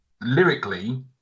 lyrically